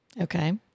Okay